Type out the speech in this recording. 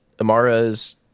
Amara's